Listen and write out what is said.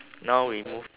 now we move